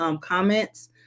comments